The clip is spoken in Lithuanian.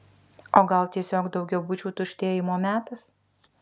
o gal tiesiog daugiabučių tuštėjimo metas